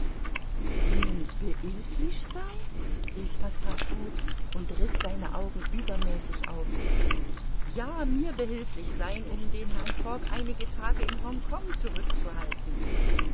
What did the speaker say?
ihnen behilflich sein rief passepartout und riß seine augen übermäßig auf ja mir behilflich sein um den herrn fogg einige tage in hongkong zurückzuhalten